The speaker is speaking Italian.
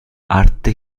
arte